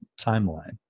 timeline